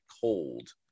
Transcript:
cold